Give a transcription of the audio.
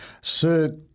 Sir